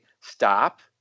stop